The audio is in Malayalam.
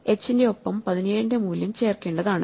h ന്റെ ഒപ്പം 17 ന്റെ മൂല്യം ചേർക്കേണ്ടതാണ്